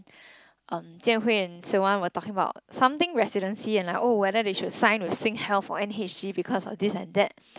Jian Hui and Siew Wan were talking about something residency and like oh whether they should sign with SingHealth or N_H_G because of this and that